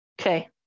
okay